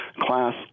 class